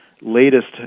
latest